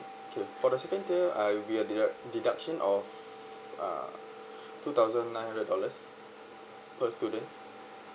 okay for the second tier uh will be a de~ deduction of uh two thousand nine hundred dollars per student